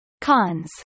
Cons